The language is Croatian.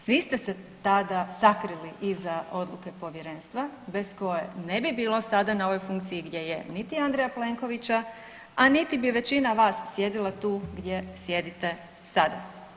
Svi ste se tada sakrili iza odluke povjerenstva bez koje ne bi bilo sada na ovoj funkciji gdje je niti Andreja Plenkovića, a niti bi većina vas sjedila tu gdje sjedite sad.